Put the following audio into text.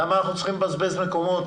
למה אנחנו צריכים לבזבז מקומות?